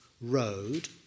road